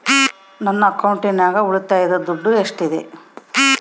ನನ್ನ ಅಕೌಂಟಿನಾಗ ಉಳಿತಾಯದ ದುಡ್ಡು ಎಷ್ಟಿದೆ?